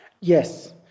Yes